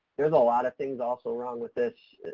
there's a lot of things also wrong with this,